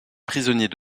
prisonniers